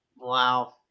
Wow